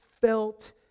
felt